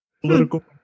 political